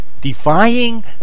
defying